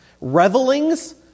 Revelings